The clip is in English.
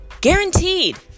guaranteed